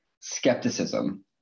skepticism